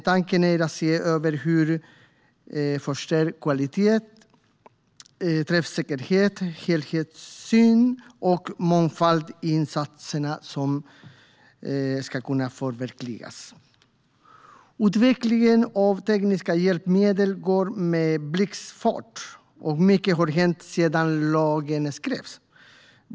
Tanken är dock att se över hur förstärkt kvalitet, träffsäkerhet, helhetssyn och mångfald i insatserna ska kunna förverkligas. Utvecklingen av tekniska hjälpmedel går med blixtfart, och mycket har hänt sedan lagen skrevs.